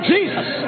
Jesus